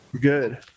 good